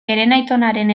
herenaitonaren